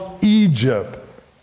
Egypt